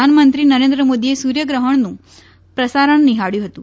પ્રધાનમંત્રી નરેન્દ્ર મોદીએ સૂર્યગ્રહણનું પ્રસારણ નિહાબ્યું હતું